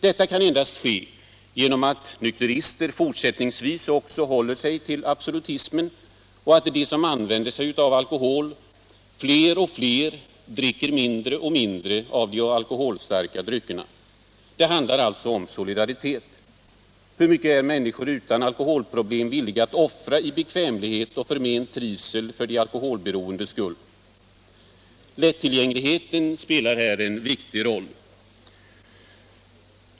Detta kan ske genom att nykterister fortsättningsvis också håller sig till absolutism och att av dem som använder sig av alkohol fler och fler dricker mindre och mindre av de alkoholstarka dryckerna. Det handlar alltså om solidaritet. Hur mycket är människor utan alkoholproblem villiga att offra i bekvämlighet och förment trivsel för de alkoholberoendes skull? Lättillgängligheten spelar här en viktig roll.